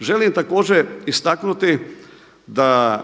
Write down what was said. Želim također istaknuti da